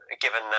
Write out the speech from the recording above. given